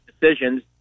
decisions